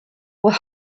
were